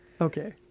Okay